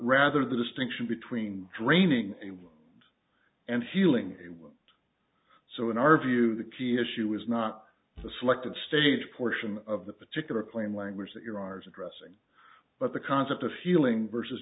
rather the distinction between draining and healing so in our view the key issue is not the selected stage portion of the particular plain language that you're ours addressing but the concept of healing versus